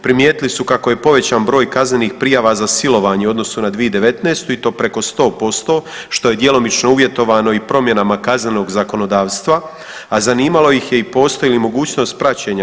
Primijetili su kako je povećan broj kaznenih prijava za silovanje u odnosu na 2019. i to preko 100% što je djelomično uvjetovano i promjenama Kaznenog zakonodavstva, a zanimalo ih je postoji li mogućnost praćenja?